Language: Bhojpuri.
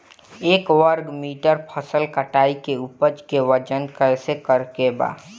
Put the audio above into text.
एक वर्ग मीटर फसल कटाई के उपज के वजन कैसे करे के बा?